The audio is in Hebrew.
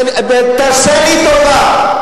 תעשה לי טובה,